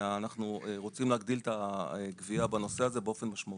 ואנחנו רוצים להגדיל את הגבייה הזאת באופן משמעותי.